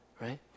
right